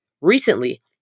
Recently